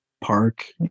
park